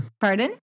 Pardon